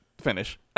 finish